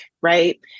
right